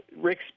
Rick